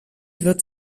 wird